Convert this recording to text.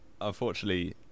unfortunately